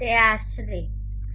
તે આશરે છે